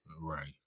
Right